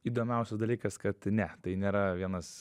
įdomiausias dalykas kad ne tai nėra vienas